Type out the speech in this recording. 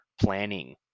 planning